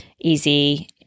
easy